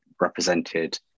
represented